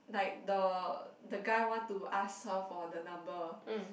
like the the guy want to ask her for the number